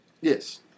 Yes